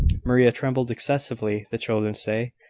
maria trembled excessively, the children say,